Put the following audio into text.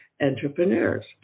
entrepreneurs